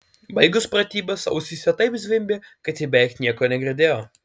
baigus pratybas ausyse taip zvimbė kad ji beveik nieko negirdėjo